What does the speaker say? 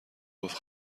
گفت